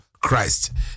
Christ